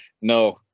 no